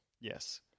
Yes